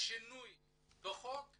השינוי בחוק,